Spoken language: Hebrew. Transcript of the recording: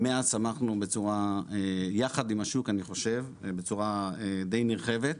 מאז צמחנו יחד עם השוק, אני חושב, בצורה די נרחבת.